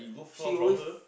she always